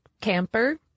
camper